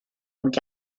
und